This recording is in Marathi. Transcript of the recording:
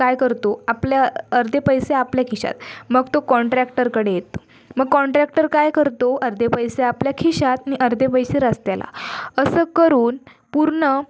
काय करतो आपल्या अर्धे पैसे आपल्या खिशात मग तो कॉन्ट्रॅक्टरकडे येतो मग कॉन्ट्रॅक्टर काय करतो अर्धे पैसे आपल्या खिशात आणि अर्धे पैसे रस्त्याला असं करून पूर्ण